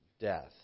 death